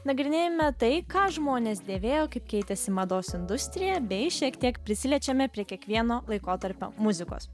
nagrinėjame tai ką žmonės dėvėjo kaip keitėsi mados industrija bei šiek tiek prisiliečiame prie kiekvieno laikotarpio muzikos